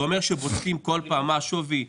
זה אומר שבודקים כל פעם מה השווי,